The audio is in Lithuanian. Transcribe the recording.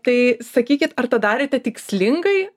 tai sakykit ar tą darėte tikslingai